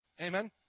Amen